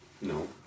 No